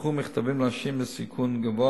ויישלחו מכתבים לאנשים בסיכון גבוה